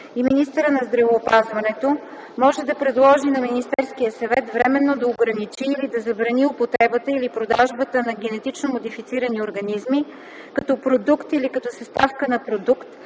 и министъра на здравеопазването може да предложи на Министерския съвет временно да ограничи или да забрани употребата или продажбата на генетично модифицирани организми като продукт или като съставка на продукт,